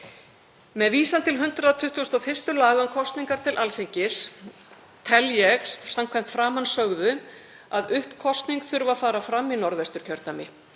Með vísan til 121. laga um kosningar til Alþingis tel ég samkvæmt framansögðu að uppkosning þurfi að fara fram í Norðvesturkjördæmi.